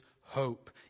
hope